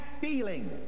feeling